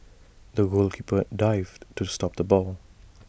the goalkeeper dived to stop the ball